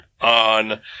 on